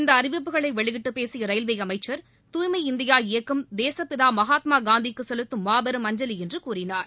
இந்த அறிவிப்புகளை வெளியிட்டு பேசிய ரயில்வே அமைச்சர் தூய்மை இந்தியா இயக்கம் தேசப்பிதா மகாத்மா காந்திக்கு செலுத்தும் மாபெரும் அஞ்சலி என்று கூறினார்